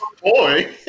Boy